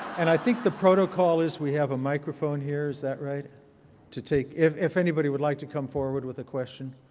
and i think the protocol is we have a microphone here. is that right to take? if if anybody would like to come forward with a question.